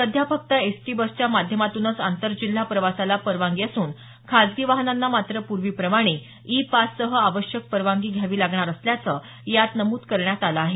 सध्या फक्त एसटी बसच्या माध्यमातूनच आंतरजिल्हा प्रवासाला परवानगी असून खासगी वाहनांना मात्र पूर्वीप्रमाणे ई पाससह आवश्यक परवानगी घ्यावी लागणार असल्याचं यात नमूद करण्यात आलं आहे